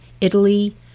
Italy